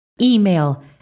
email